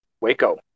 Waco